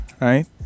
right